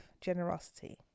generosity